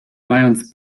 mając